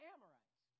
Amorites